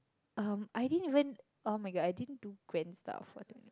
um I didn't even oh-my-god I didn't do grand stuff for